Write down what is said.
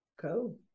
Cool